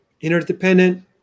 Interdependent